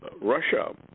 Russia